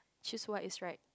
choose what is right